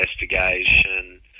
investigation